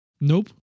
Nope